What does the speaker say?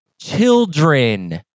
children